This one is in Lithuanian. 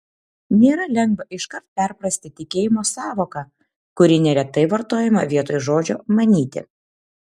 nėra lengva iškart perprasti tikėjimo sąvoką kuri neretai vartojama vietoj žodžio manyti